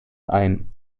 ein